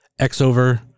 XOVER